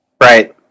Right